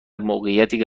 موقعیتی